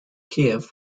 kiev